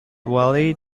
wally